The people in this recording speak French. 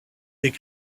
est